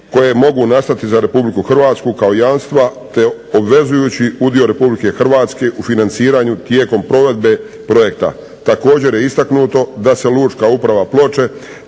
koje mogu nastati za RH kao jamstva te obvezujući udio RH u financiranju tijekom provedbe projekta. Također je istaknuto da se Lučka uprava Ploče